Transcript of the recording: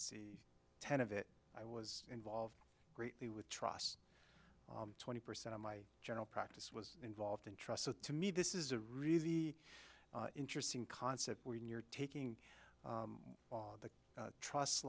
these ten of it i was involved greatly with trusts twenty percent of my general practice was involved in trust so to me this is a really interesting concept when you're taking on the trust